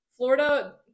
Florida